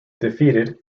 defeated